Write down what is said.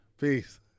Peace